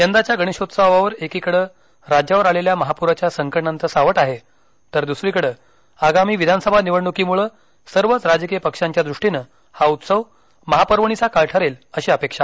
यंदाच्या गणेशोत्सवावर एकीकडे राज्यावर आलेल्या महापुराच्या संकटाचं सावट आहे तर दुसरीकडे आगामी विधानसभा निवडणुकीमुळे सर्वच राजकीय पक्षांच्या द्रष्टीनं हा उत्सव महापर्वणीचा काळ ठरेल अशी अपेक्षा आहे